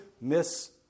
miss